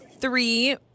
three